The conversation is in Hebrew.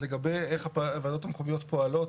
לגבי איך הוועדות המקומיות פועלות.